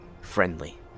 friendly